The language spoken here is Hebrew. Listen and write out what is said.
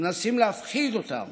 מנסים להפחיד אותם